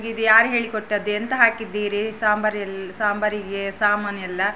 ನಿಮಗೆ ಇದು ಯಾರು ಹೇಳಿಕೊಟ್ಟದ್ದು ಎಂತ ಹಾಕಿದ್ದೀರಿ ಸಾಂಬಾರೆಲ್ಲ ಸಾಂಬಾರಿಗೆ ಸಾಮಾನೆಲ್ಲ